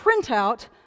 printout